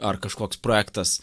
ar kažkoks projektas